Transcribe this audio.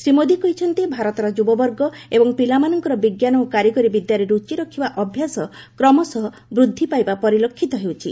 ଶ୍ରୀ ମୋଦି କହିଛନ୍ତି ଭାରତର ଯୁବବର୍ଗ ଏବଂ ପିଲାମାନଙ୍କର ବିଜ୍ଞାନ ଓ କାରିଗରୀ ବିଦ୍ୟାରେ ରୁଚି ରଖିବା ଅଭ୍ୟାସ କ୍ରମଶଃ ବୃଦ୍ଧି ପାଇବା ପରିଲକ୍ଷିତ ହେଉଛି